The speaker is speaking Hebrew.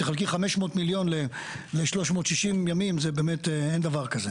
תחלקי 500 מיליון ל-360 ימים זה באמת אין דבר כזה.